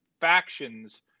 factions